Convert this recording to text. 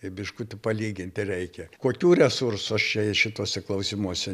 tai biškutį palyginti reikia kokių resursų aš čia šituose klausimuose